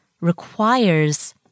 requires